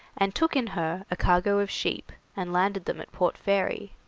and took in her a cargo of sheep, and landed them at port fairy.